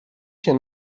się